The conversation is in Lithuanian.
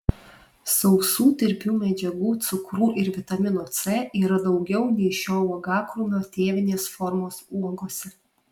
sausų tirpių medžiagų cukrų ir vitamino c yra daugiau nei šio uogakrūmio tėvinės formos uogose